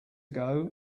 ago